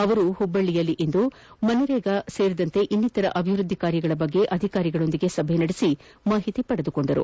ಅವರು ಹುಬ್ಬಳ್ಳಿಯಲ್ಲಿಂದು ಮಕ್ರೇಗಾ ಸೇರಿದಂತೆ ಇನ್ನಿತರ ಅಭಿವೃದ್ದಿ ಕಾರ್ಯಗಳ ಬಗ್ಗೆ ಅಧಿಕಾರಿಗಳೊಂದಿಗೆ ಸಭೆ ನಡೆಸಿ ಮಾಹಿತಿ ಪಡೆದುಕೊಂಡರು